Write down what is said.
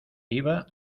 iba